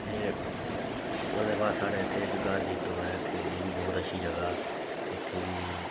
ते ओह्दे बाद साढ़े इत्थें इक ग्हार जित्तो ऐ इत्थै एह् बी बोह्त अच्छी जगह् इत्थै बी